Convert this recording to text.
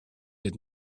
had